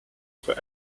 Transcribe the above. for